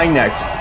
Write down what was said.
next